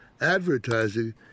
advertising